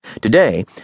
Today